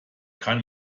kann